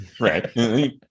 Right